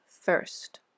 first